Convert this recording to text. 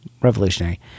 Revolutionary